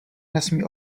nesmí